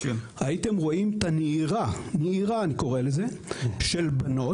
הייתם רואים את הנהירה של בנות,